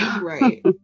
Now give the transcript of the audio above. Right